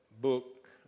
book